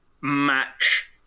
match